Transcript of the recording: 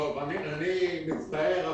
אני מצטער,